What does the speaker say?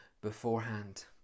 beforehand